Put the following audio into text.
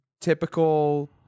typical